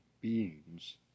beings